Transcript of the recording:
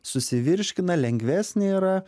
susivirškina lengvesnė yra